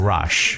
Rush